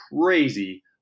crazy